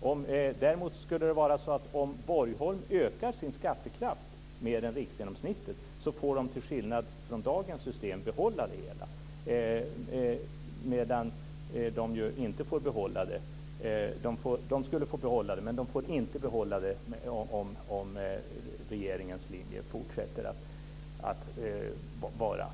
Om Borgholm däremot ökar sin skattekraft mer än riksgenomsnittet får man, till skillnad från hur det är med dagens system, behålla det hela, dock inte om regeringens linje fortsatt gäller.